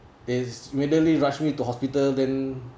they readily rushed me to hospital then